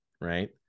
right